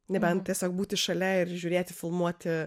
nebent tiesiog būti šalia ir žiūrėti filmuoti